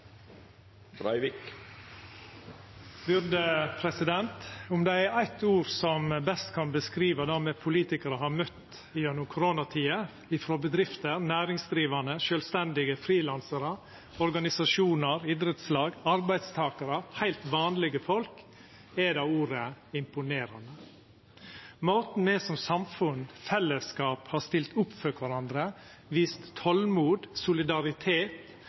politikarar har møtt gjennom koronatida frå bedrifter, sjølvstendig næringsdrivande, frilansarar, organisasjonar, idrettslag, arbeidstakarar og heilt vanlege folk, er det ordet «imponerande». Måten me som samfunn i fellesskap har stilt opp for kvarandre på, vist tolmod, solidaritet